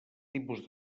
tipus